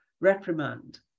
reprimand